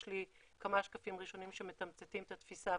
יש לי כמה שקפים ראשונים שמתמצתים את התפיסה,